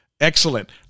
Excellent